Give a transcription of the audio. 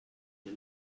wir